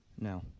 No